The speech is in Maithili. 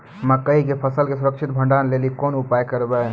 मकई के फसल के सुरक्षित भंडारण लेली कोंन उपाय करबै?